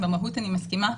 במהות אני מסכימה,